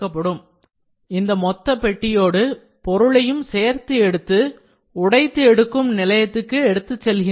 இங்கே என்ன நடக்கிறது என்றால் இந்த மொத்த பெட்டியோடு பொருளையும் சேர்த்து எடுத்து உடைத்து எடுக்கும் நிலையத்துக்கு எடுத்துச் செல்கின்றனர்